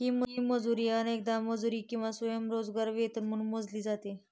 ही मजुरी अनेकदा मजुरी किंवा स्वयंरोजगार वेतन म्हणून मोजली जाते